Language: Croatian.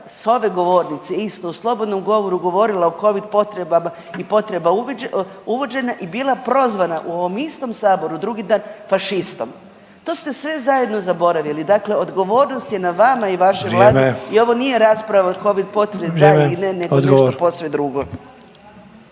s ove govornice isto u slobodnom govoru govorila o Covid potvrdama i potreba uvođenja i bila prozvana u ovom istom saboru drugi dan fašistom. To ste sve zajedno zaboravili. Dakle, odgovornost je na vama i vašom vladi …/Upadica: Vrijeme./… i ovo nije rasprava o Covid potvrdi da ili ne nego nešto posve drugo.